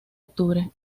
octubre